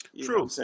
True